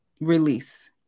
release